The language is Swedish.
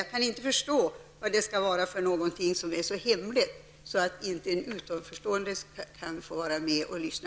Jag kan inte förstå vad det skall vara för någonting som är så hemligt att inte en utanförstående kan få vara med och lyssna.